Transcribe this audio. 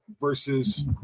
versus